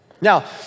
Now